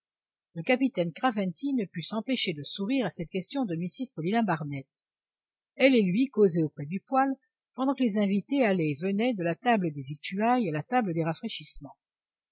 le capitaine craventy ne put s'empêcher de sourire à cette question de mrs paulina barnett elle et lui causaient auprès du poêle pendant que les invités allaient et venaient de la table des victuailles à la table des rafraîchissements